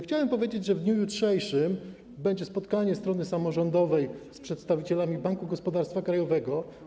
Chciałem powiedzieć, że w dniu jutrzejszym będzie spotkanie strony samorządowej z przedstawicielami Banku Gospodarstwa Krajowego.